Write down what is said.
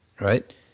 right